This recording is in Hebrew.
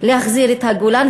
להחזיר את הגולן.